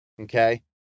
Okay